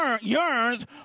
yearns